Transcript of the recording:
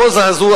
הפוזה הזו,